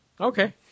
Okay